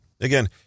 Again